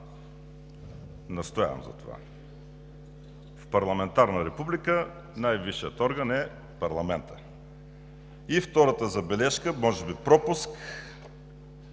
настоявам за това. В парламентарна република най-висшият орган е парламентът. Втората забележка, може би пропуск,